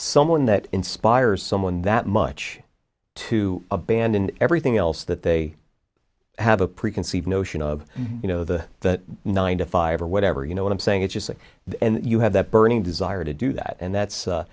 someone that inspires someone that much to abandon everything else that they have a preconceived notion of you know the that ninety five or whatever you know what i'm saying it's just at the end you have that burning desire to do that and that's